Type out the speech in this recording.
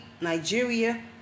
Nigeria